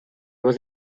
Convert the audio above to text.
was